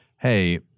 Hey